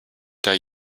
der